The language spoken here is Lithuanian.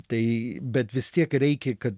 tai bet vis tiek reikia kad